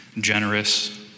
generous